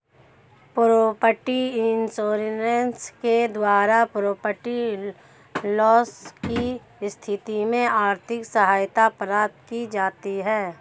property insurance के द्वारा property loss की स्थिति में आर्थिक सहायता प्राप्त की जाती है